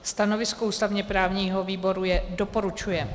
Stanovisko ústavněprávního výboru je doporučuje.